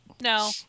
No